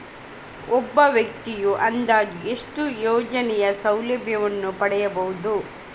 ಒಬ್ಬ ವ್ಯಕ್ತಿಯು ಅಂದಾಜು ಎಷ್ಟು ಯೋಜನೆಯ ಸೌಲಭ್ಯವನ್ನು ಪಡೆಯಬಹುದು?